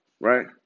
right